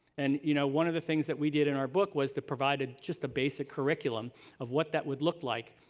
and you know one of the thinks we did in our book was to provide ah just a basic curriculum of what that would look like.